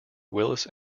willis